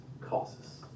causes